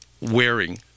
wearing